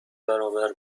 برابر